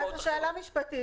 אז זו שאלה משפטית.